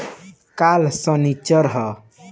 काल्ह सनीचर ह